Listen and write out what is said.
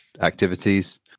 activities